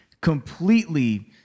completely –